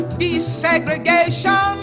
desegregation